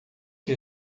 que